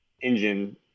engine